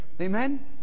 Amen